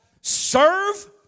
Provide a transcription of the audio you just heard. Serve